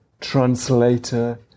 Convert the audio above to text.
translator